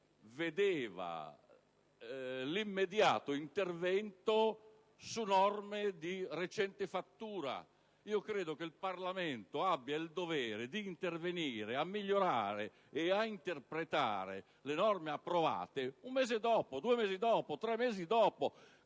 vede l'immediato intervento su norme di recente fattura. Credo che il Parlamento abbia il dovere di intervenire per migliorare e interpretare le norme approvate uno, due o tre mesi dopo